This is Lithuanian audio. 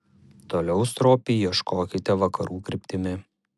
toliau stropiai ieškokite vakarų kryptimi